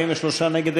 43 נגד,